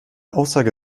aussage